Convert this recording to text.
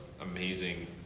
amazing